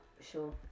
sure